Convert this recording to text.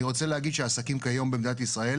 אני רוצה להגיד שעסקים כיום במדינת ישראל,